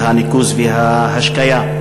של הניקוז וההשקיה,